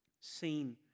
seen